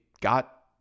got